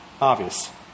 Obvious